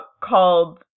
called